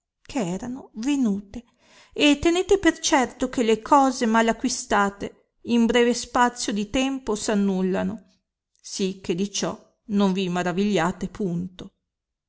che erano venute e tenete per certo che le cose mal acquistate in breve spazio di tempo s annullano sì che di ciò non vi maravigliate punto